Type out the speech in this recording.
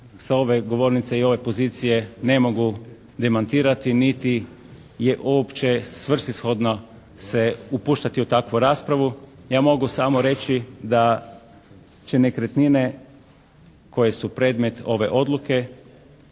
s ove govornice i ove pozicije ne mogu demantirati niti je uopće svrsishodno se upuštati u takvu raspravu. Ja mogu samo reći da će nekretnine koje su predmet ove odluke